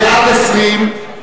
התש"ע 2010,